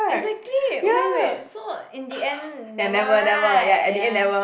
exactly wait wait so in the end never right ya